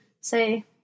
say